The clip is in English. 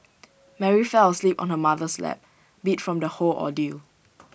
Mary fell asleep on her mother's lap beat from the whole ordeal